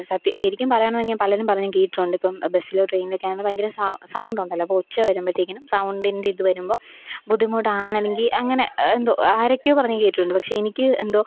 സത്യം ശരിക്കും പറയുകയാന്നെങ്കിൽ ഞാൻ പലരും പറഞ്ഞു ഞാൻ കേട്ടിട്ടുണ്ട് ഇപ്പം ബസ്സിലോ ട്രെയിനിലോ ഒക്കെയാണെന്ന് ഭയങ്കര സൗണ്ടുണ്ടല്ലോ അപ്പം ഒച്ച വരുമ്പത്തേക്കിനും സൗണ്ടിൻ്റെ ഇത് വരുമ്പോൾ ബുദ്ധിമുട്ടാണ് അല്ലെങ്കിൽ അങ്ങനെ എന്തോ ആരെക്കെയോ പറഞ്ഞു ഞാൻ കേട്ടിട്ടുണ്ട് പക്ഷെ എനിക്ക് എന്തോ